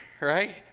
right